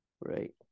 Right